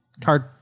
card